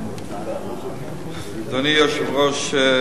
אדוני היושב-ראש,